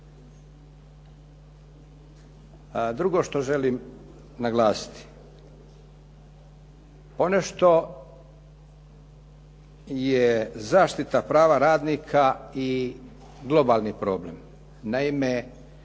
Drugo što želim naglasiti. Ono što je zaštita prava radnika i globalni problem. Naime,